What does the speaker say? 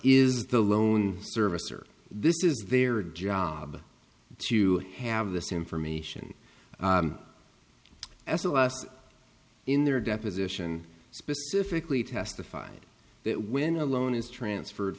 is the loan servicer this is their job to have this information as of last in their deposition specifically testified that when a loan is transferred